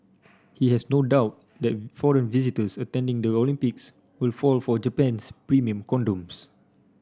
he has no doubt that foreign visitors attending the Olympics will fall for Japan's premium condoms